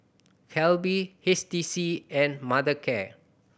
Calbee H T C and Mothercare